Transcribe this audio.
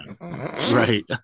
Right